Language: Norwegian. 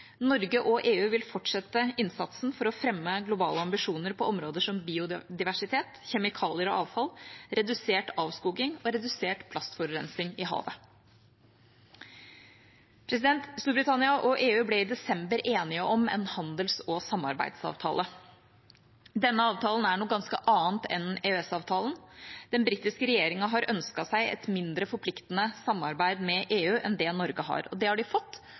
Norge og EU vil fortsette innsatsen for å fremme globale ambisjoner på områder som biodiversitet, kjemikalier og avfall, redusert avskoging og redusert plastforurensing i havet. Storbritannia og EU ble i desember enige om en handels- og samarbeidsavtale. Denne avtalen er noe ganske annet enn EØS-avtalen. Den britiske regjeringa har ønsket seg et mindre forpliktende samarbeid med EU enn det Norge har. Det har de fått,